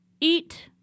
eat